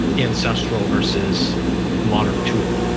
ancestral versus modern tool.